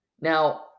Now